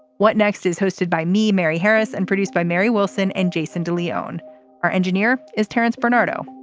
what next is hosted by me mary harris and produced by mary wilson and jason de leone our engineer is terence bernardo.